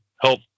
help